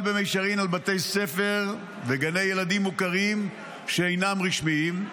במישרין על בתי ספר וגני ילדים מוכרים שאינם רשמיים,